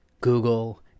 Google